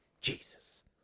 Jesus